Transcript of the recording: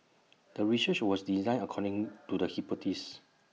the research was designed according to the hypothesis